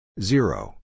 Zero